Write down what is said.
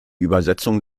übersetzung